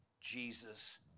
Jesus